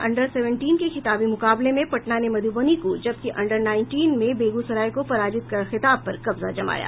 under seventeen के खिताबी मुकाबले में पटना ने मध्रबनी को जबकि अंडर नाईनटीन में बेगूसराय को पराजित कर खिताब पर कब्जा जमाया